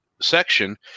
section